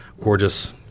gorgeous